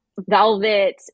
velvet